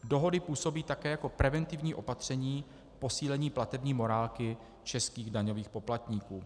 Dohoda působí také jako preventivní opatření k posílení platební morálky českých daňových poplatníků.